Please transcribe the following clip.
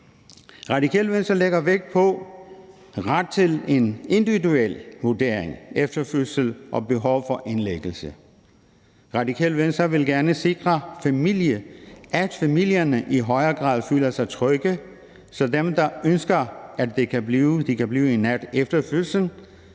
Radikale Venstre lægger vægt på, at der er ret til en individuel vurdering efter fødsel og behov for indlæggelse. Radikale Venstre vil gerne sikre, at familierne i højere grad føler sig trygge, så dem, der ønsker det, kan blive natten over